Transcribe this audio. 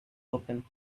open